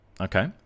Okay